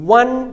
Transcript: one